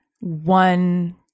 One